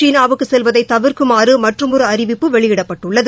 சீனாவுக்கு செல்வதை தவிர்க்குமாறு மற்றுமொரு அறிவிப்பு வெளியிடப்பட்டுள்ளது